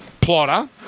Plotter